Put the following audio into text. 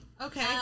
Okay